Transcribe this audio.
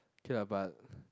K lah but